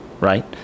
right